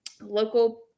local